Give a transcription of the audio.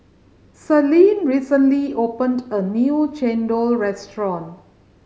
Celine recently opened a new chendol restaurant